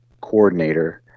coordinator